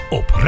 op